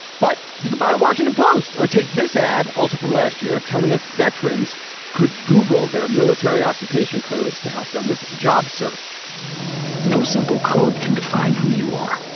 but you go by the washington post or take this ad also from last year telling us veterans could google their military occupation codes to help them with job search no simple code can define who you are,